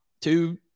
two